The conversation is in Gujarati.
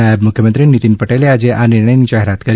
નાયબ મુખ્યમંત્રી નિતીન પટેલે આજે આ નિર્ણયથી જાહેરાત કરી